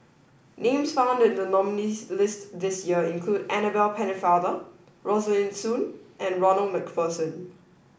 names found in the nominees list this year include Annabel Pennefather Rosaline Soon and Ronald MacPherson